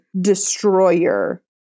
destroyer